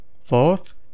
Fourth